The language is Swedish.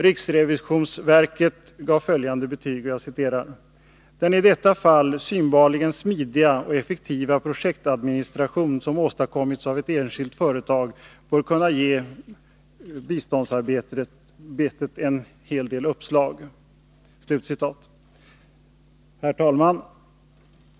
Riksrevisionsverket gav följande betyg: ”Den i detta fall synbarligen smidiga och effektiva projektadministration som åstadkommits av ett enskilt företag bör kunna ge biståndsarbetet en del uppslag.” Herr talman!